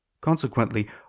Consequently